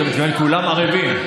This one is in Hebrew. אתה מתכוון, כולם ערֵבים.